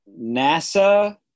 NASA